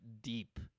deep